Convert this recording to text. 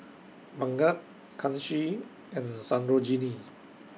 Bhagat Kanshi and Sarojini